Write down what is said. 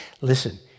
Listen